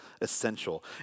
essential